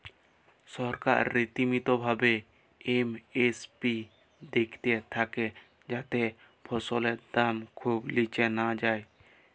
সরকার রীতিমতো ভাবে এম.এস.পি দ্যাখতে থাক্যে যাতে ফসলের দাম খুব নিচে না যায়